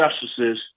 justices